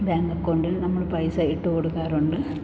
bank അക്കൗണ്ടിൽ നമ്മൾ പൈസ ഇട്ടു കൊടുക്കാറുണ്ട്